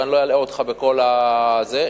ואני לא אלאה אותך בכל הדבר הזה.